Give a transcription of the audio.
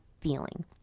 feeling